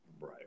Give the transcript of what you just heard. Right